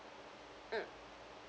mm